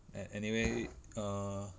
and anyway err